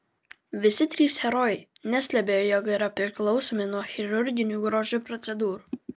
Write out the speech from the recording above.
visi trys herojai neslepia jog yra priklausomi nuo chirurginių grožio procedūrų